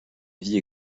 vie